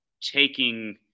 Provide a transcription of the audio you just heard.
taking